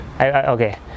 Okay